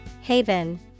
Haven